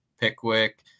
Pickwick